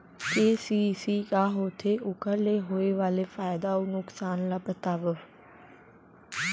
KCC का होथे, ओखर ले होय वाले फायदा अऊ नुकसान ला बतावव?